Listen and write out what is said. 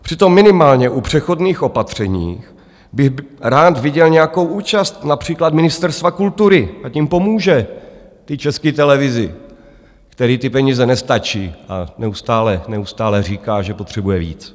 Přitom minimálně u přechodných opatření bych rád viděl nějakou účast například Ministerstva kultury, ať jim pomůže, té České televizi, které ty peníze nestačí a neustále říká, že potřebuje víc.